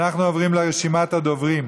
אנחנו עוברים לרשימת הדוברים: